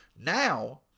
now